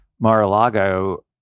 Mar-a-Lago